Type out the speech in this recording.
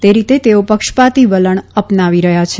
તે રીતે તેઓ પક્ષપાતી વલણ અપનાવી રહ્યા છે